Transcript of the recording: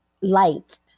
light